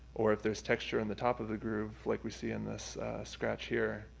or if there's texture in the top of the groove, like we see in this scratch here,